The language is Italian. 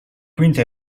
quinta